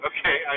Okay